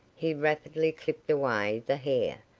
he rapidly clipped away the hair,